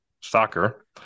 soccer